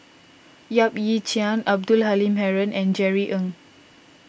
Yap Ee Chian Abdul Halim Haron and Jerry Ng